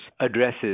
addresses